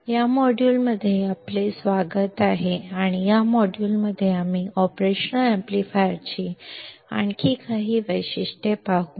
या मॉड्यूलमध्ये आपले स्वागत आहे आणि या मॉड्यूलमध्ये आम्ही ऑपरेशनल अॅम्प्लीफायरची आणखी काही वैशिष्ट्ये पाहू